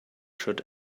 should